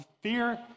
fear